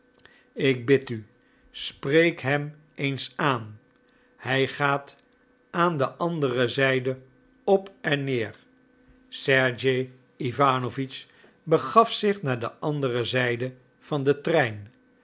ik bid u spreek hem eens aan hij gaat aan de andere zijde op en neer sergej iwanowitsch begaf zich naar de andere zijde van den trein